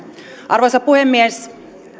arvoisa puhemies